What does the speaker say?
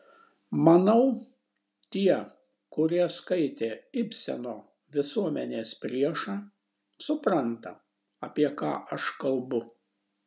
manau tie kurie skaitė ibseno visuomenės priešą supranta apie ką aš kalbu